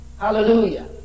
Hallelujah